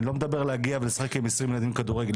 אני לא מדבר להגיע ולשחק עם 20 ילדים כדורגל.